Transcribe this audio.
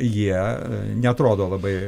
jie neatrodo labai